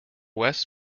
west